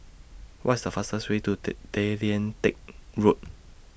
What IS The fastest Way to Tay Lian Teck Road